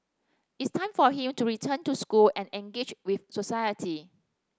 it's time for him to return to school and engage with society